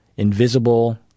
invisible